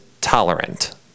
tolerant